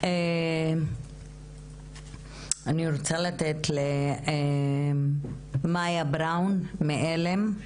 אני רוצה לתת למאיה ברון מעל"ם.